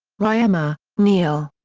riemer, neal.